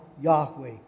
Yahweh